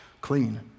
clean